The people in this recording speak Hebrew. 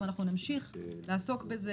ואנחנו נמשיך לעסוק בזה